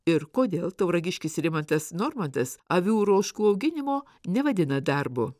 ir kodėl tauragiškis rimantas normantas avių ir ožkų auginimo nevadina darbu